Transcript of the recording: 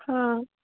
हाँ